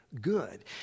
Good